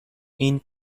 این